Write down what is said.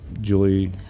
Julie